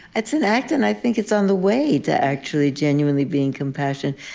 it's an act, and i think it's on the way to actually genuinely being compassionate.